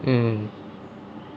mm